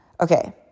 okay